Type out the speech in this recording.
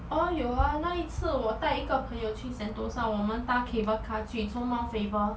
orh 有啊那一次我带一个朋友去 sentosa 我们搭 cable car 去从 mount faber